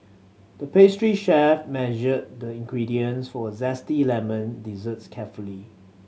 the pastry chef measured the ingredients for a zesty lemon dessert carefully